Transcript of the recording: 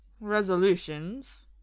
Resolutions